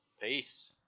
Peace